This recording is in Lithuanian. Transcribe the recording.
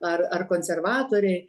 ar ar konservatoriai